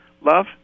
love